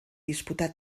disputar